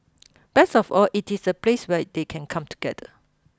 best of all it is a place where they can come together